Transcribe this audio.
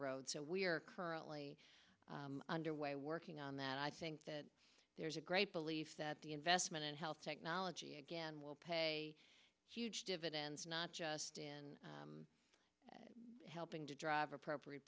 road so we're currently underway working on that i think that there's a great belief that the investment in health technology and will pay huge dividends not just in helping to drive appropriate